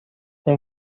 اون